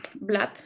blood